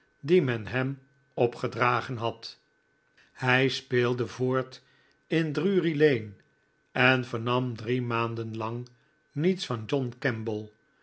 die men hem opgedragen had hij speelde voort in drury-lane en vernam drie maanden lang niets van john